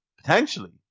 Potentially